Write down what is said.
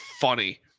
funny